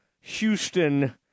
Houston